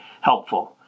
helpful